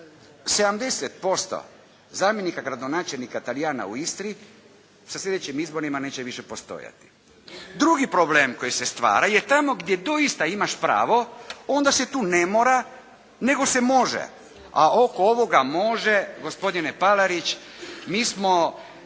70% zamjenika gradonačelnika Talijana u Istri sa sljedećim izborima neće više postojati. Drugi problem koji se stvara je tamo gdje doista imaš pravo, onda se tu ne mora, nego se može. A oko ovoga može gospodine Palarić, mi smo